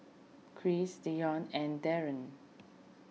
Chris Dijon and Daryn